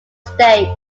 stage